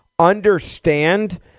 understand